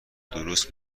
درست